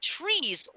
trees